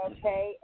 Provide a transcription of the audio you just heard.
Okay